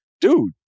Dude